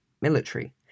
military